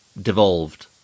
devolved